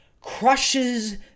crushes